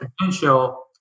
potential